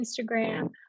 Instagram